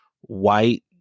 white